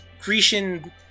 Grecian